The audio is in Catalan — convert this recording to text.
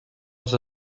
els